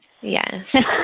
Yes